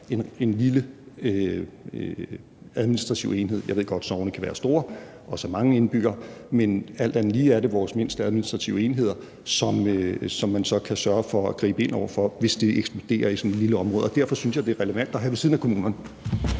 en lille administrativ enhed – jeg ved godt, at sogne kan være store og også have mange indbyggere, men alt andet lige er de vores mindste administrative enheder – som man så kan sørge for at gribe ind over for, hvis det eksploderer i sådan et lille område. Derfor synes jeg, det er vigtigt at kunne have den mulighed